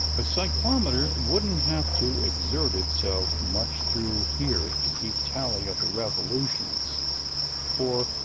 a cyclometer wouldn't have to exert itself much through here to keep tally of the revolutions for,